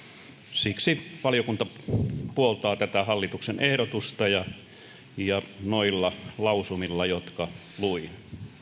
siksi valiokunta puoltaa tätä hallituksen ehdotusta noilla lausumilla jotka luin